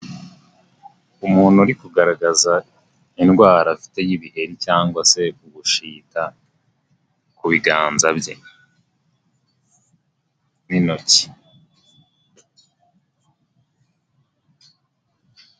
Umuntu uri kugaragaza indwara afite y'ibiheri cyangwa se ubushita ku biganza bye n'intoki.